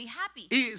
happy